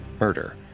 murder